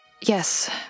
Yes